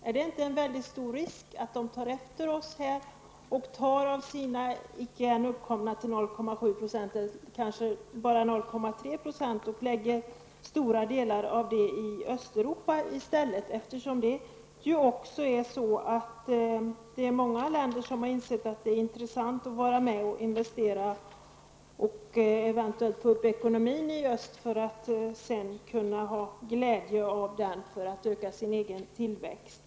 Är det inte en stor risk att de tar efter oss och tar av sina medel, som ännu inte uppgår till 0,7 %, kanske 0,3 %, och lägger stora delar av detta i Östeuropa? Många länder har insett att det är intressant att vara med och investera och eventuellt få upp ekonomin i öst, för att sedan kunna ha glädje av den för att öka sin egen tillväxt.